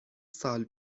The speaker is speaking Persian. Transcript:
سال